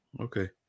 Okay